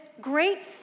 great